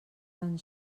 tan